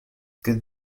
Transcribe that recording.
good